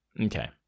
Okay